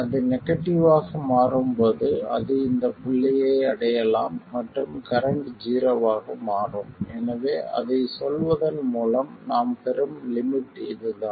அது நெகடிவ்வாக மாறும்போது அது இந்த புள்ளியை அடையலாம் மற்றும் கரண்ட் ஜீரோவாக மாறும் எனவே அதைச் சொல்வதன் மூலம் நாம் பெறும் லிமிட் இதுதான்